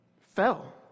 fell